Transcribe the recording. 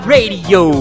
Radio